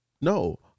No